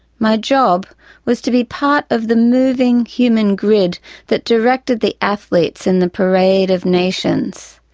my job was to be part of the moving human grid that directed the athletes in the parade of nations,